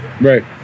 Right